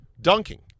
dunking